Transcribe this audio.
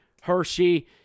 Hershey